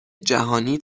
جهانی